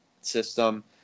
system